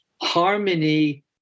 harmony